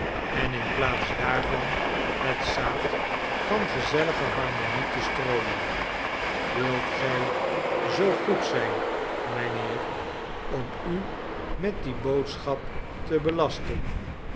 en in plaats daarvan het zaad van gezellige harmonie te strooien wilt gij zoo goed zijn mijnheer om u met die boodschap te belasten